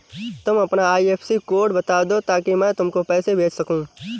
तुम अपना IFSC code बता दो ताकि मैं तुमको पैसे भेज सकूँ